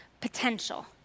potential